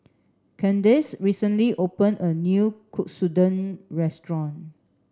Candace recently open a new Katsudon restaurant